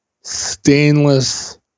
stainless